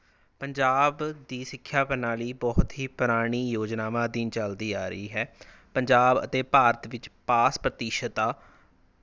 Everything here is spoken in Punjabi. ਪੰਜਾਬ ਦੀ ਸਿੱਖਿਆ ਪ੍ਰਣਾਲੀ ਬਹੁਤ ਹੀ ਪੁਰਾਣੀ ਯੋਜਨਾਵਾਂ ਅਧੀਨ ਚੱਲਦੀ ਆ ਰਹੀ ਹੈ ਪੰਜਾਬ ਅਤੇ ਭਾਰਤ ਵਿੱਚ ਪਾਸ ਪ੍ਰਤੀਸ਼ਤਾ